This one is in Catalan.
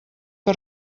que